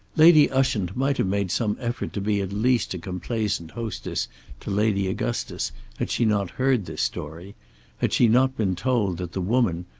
lady ushant might have made some effort to be at least a complaisant hostess to lady augustus had she not heard this story had she not been told that the woman,